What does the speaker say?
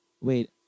wait